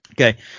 Okay